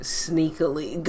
sneakily